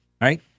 right